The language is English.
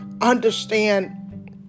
understand